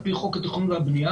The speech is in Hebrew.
על פי חוק התכנון והבנייה,